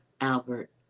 Albert